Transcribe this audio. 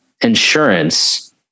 insurance